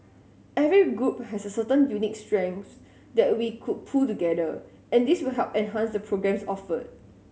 every group has certain unique strengths that we could pool together and this will help enhance the programmes offered